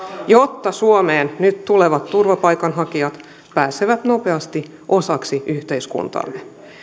jotta suomeen nyt tulevat turvapaikanhakijat pääsevät nopeasti osaksi yhteiskuntaamme